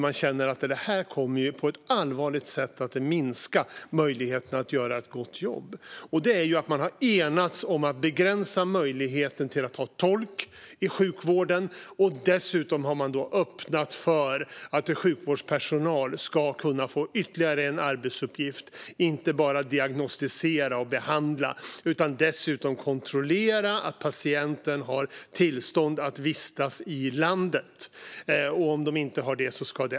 Man känner att det här på ett allvarligt sätt kommer att minska möjligheterna att göra ett gott jobb. Den första punkten är att man har enats om att begränsa möjligheten att ha tolk i sjukvården. Den andra är att man har öppnat för att sjukvårdspersonal ska kunna få ytterligare en arbetsuppgift utöver att diagnostisera och behandla, nämligen att kontrollera att patienten har tillstånd att vistas i landet och i annat fall anmäla det.